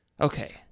Okay